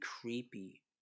creepy